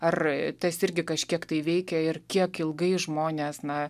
ar tas irgi kažkiek tai veikia ir kiek ilgai žmonės na